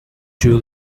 two